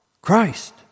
Christ